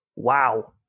Wow